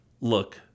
look